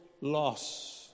loss